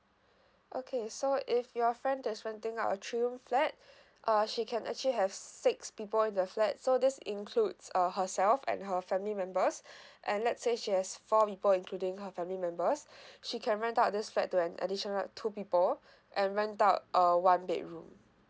okay so if your friend that's renting out a three room flat uh she can actually have six people in the flat so this includes uh herself and her family members and let's say she has four people including her family members she can rent out this flat to an additional two people and rent out uh one bedroom